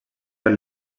per